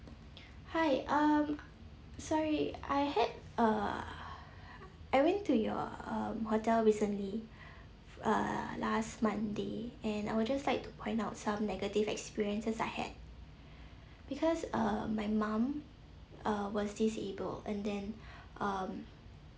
hi um sorry I had uh I went to your um hotel recently uh last monday and I would just like to point out some negative experiences I had because uh my mum uh was disabled and then um